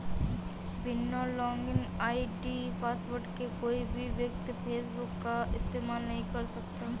बिना login ID password के कोई भी व्यक्ति फेसबुक का इस्तेमाल नहीं कर सकता